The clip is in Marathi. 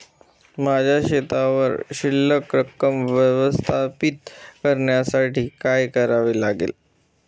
माझ्या खात्यावर शिल्लक रक्कम व्यवस्थापित करण्यासाठी काय करावे लागेल?